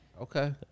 Okay